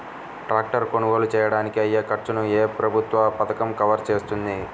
Tractor కొనుగోలు చేయడానికి అయ్యే ఖర్చును ఏ ప్రభుత్వ పథకం కవర్ చేస్తుంది?